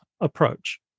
approach